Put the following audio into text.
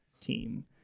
team